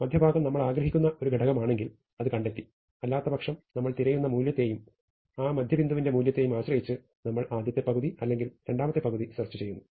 mid point നമ്മൾ ആഗ്രഹിക്കുന്ന ഒരു ഘടകം ആണെങ്കിൽ അത് കണ്ടെത്തി അല്ലാത്തപക്ഷം നമ്മൾ തിരയുന്ന മൂല്യത്തെയും ആ മധ്യബിന്ദുവിൻറെ മൂല്യത്തെയും ആശ്രയിച്ച് നമ്മൾ താഴത്തെ പകുതി അല്ലെങ്കിൽ മുകളിലെ പകുതി സെർച്ച് ചെയ്യുന്നു